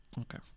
Okay